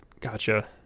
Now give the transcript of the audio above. Gotcha